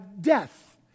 death